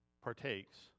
partakes